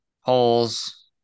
holes